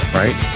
right